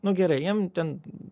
nu gerai jiem ten